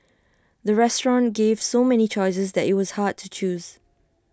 the restaurant gave so many choices that IT was hard to choose